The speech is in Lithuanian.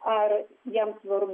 ar jam svarbu